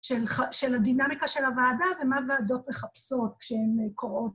של הדינמיקה של הוועדה ומה ועדות מחפשות כשהן קוראות.